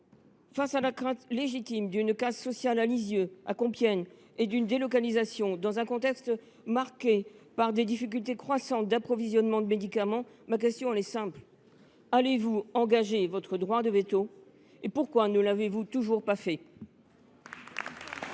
face à la crainte légitime d’une casse sociale à Lisieux, à Compiègne, et d’une délocalisation, dans un contexte marqué par des difficultés croissantes d’approvisionnement de médicaments, ma question est simple. Allez vous engager votre droit de veto ? Pourquoi ne l’avez vous toujours pas fait ?